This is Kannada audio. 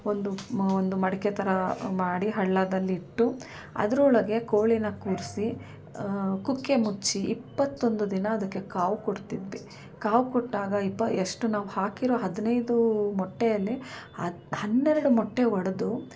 ಒಂದು ಮ ಒಂದು ಮಡಕೆ ಥರ ಮಾಡಿ ಹಳ್ಳದಲ್ಲಿ ಇಟ್ಟು ಅದರೊಳಗೆ ಕೋಳಿ ಕೂರಿಸಿ ಕುಕ್ಕೆ ಮುಚ್ಚಿ ಇಪ್ಪತ್ತೊಂದು ದಿನ ಅದಕ್ಕೆ ಕಾವು ಕೊಡ್ತಿದ್ವಿ ಕಾವು ಕೊಟ್ಟಾಗ ಇಪ್ಪ ಎಷ್ಟು ನಾವು ಹಾಕಿರೋ ಹದಿನೈದು ಮೊಟ್ಟೆಯಲ್ಲಿ ಅದು ಹನ್ನೆರಡು ಮೊಟ್ಟೆ ಒಡೆದು